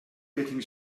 getting